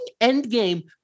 Endgame